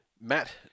Matt